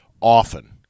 often